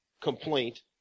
complaint